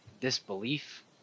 disbelief